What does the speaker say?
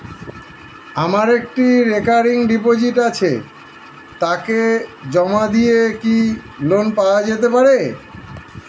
আমার একটি recurring deposit আছে তাকে জমা দিয়ে কি লোন পাওয়া যেতে পারে?